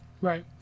Right